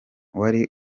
wari